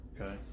Okay